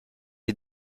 est